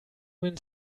win